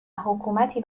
حکومتی